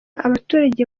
abaturage